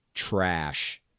trash